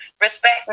Respect